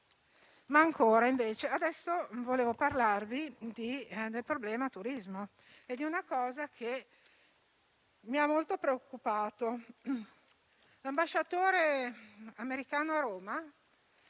di buona lena. Adesso vorrei parlarvi del problema turismo e di un aspetto che mi ha molto preoccupato. L'ambasciatore americano a Roma